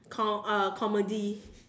co~ uh comedy